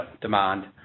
demand